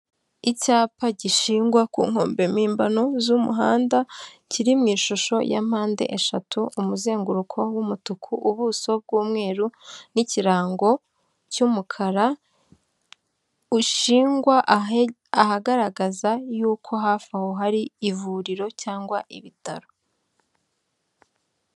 Icyapa gishingwa ku nkombe mpimbano z'umuhanda, kiri mu ishusho ya mpande eshatu, umuzenguruko w'umutuku, ubuso bw'umweru, n'ikirango cy'umukara, ushingwa ahagaragaza y'uko hafi aho hari ivuriro cyangwa ibitaro.